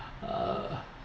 ah